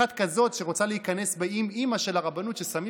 אחת שרוצה להיכנס באימ-אימא של הרבנות ושמים